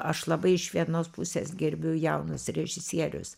aš labai iš vienos pusės gerbiu jaunus režisierius